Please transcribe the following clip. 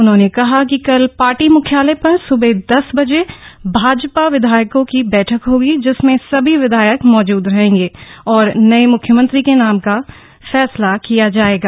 उन्होंने कहा कि कल पार्टी मुख्यालय पर भाजपा विधायकों की सुबह दस बजे बैठक होगी जिसमें सभी विधायक मौजूद रहेंगे और नये म्ख्यमंत्री के नाम पर फैसला किया जाएगा